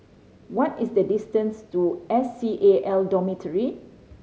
what is the distance to S C A L Dormitory